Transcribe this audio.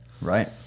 Right